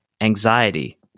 anxiety